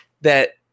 that-